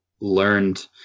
learned